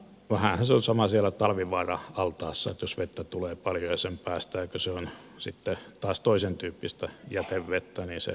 vähänhän se on sama siellä talvivaara altaassa että jos vettä tulee paljon ja sen päästää kun se on sitten taas toisentyyppistä jätevettä niin se sotkee paikkoja